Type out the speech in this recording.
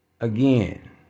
Again